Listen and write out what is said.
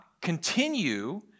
continue